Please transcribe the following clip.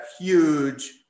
huge